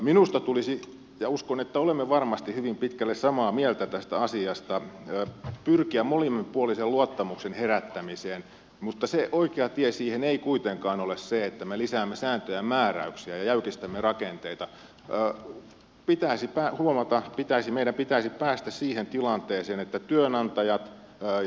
minusta tulisi ja uskon että olemme varmasti hyvin pitkälle samaa mieltä tästä asiasta pyrkiä molemminpuolisen luottamuksen herättämiseen mutta se oikea tie siihen ei kuitenkaan ole se että me lisäämme sääntöjä ja määräyksiä ja pitäisi ulottua pitäisi meidän pitäisi päästä siihen tilanteeseen että jäykistämme rakenteita